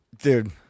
Dude